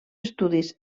estudis